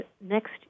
next